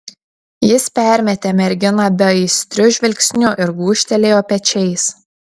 jis permetė merginą beaistriu žvilgsniu ir gūžtelėjo pečiais